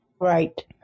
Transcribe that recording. right